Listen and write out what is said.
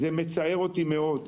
זה מצער אותי מאוד.